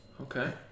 Okay